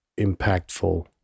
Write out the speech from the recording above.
impactful